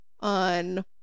on